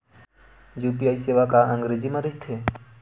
UPI सेवा का अंग्रेजी मा रहीथे?